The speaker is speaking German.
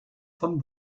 von